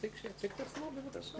בבקשה.